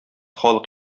халык